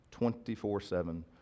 24-7